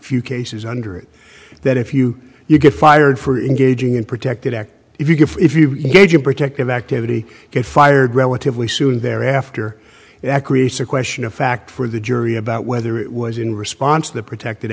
few cases under it that if you you get fired for engaging in protected act if you can if you gauge a protective activity get fired relatively soon thereafter that creates a question of fact for the jury about whether it was in response to the protected